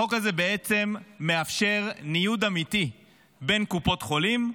החוק הזה בעצם מאפשר ניוד אמיתי בין קופות חולים,